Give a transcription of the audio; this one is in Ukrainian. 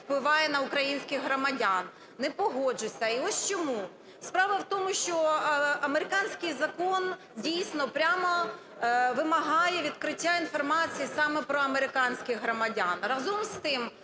впливає на українських громадян. Не погоджуся і ось чому. Справа в тому, що американський закон, дійсно, прямо вимагає відкриття інформації саме про американських громадян. Разом з тим